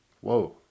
Whoa